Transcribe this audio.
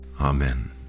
Amen